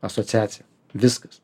asociacija viskas